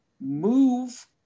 move